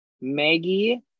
Maggie